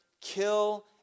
kill